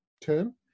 term